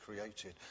created